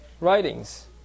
writings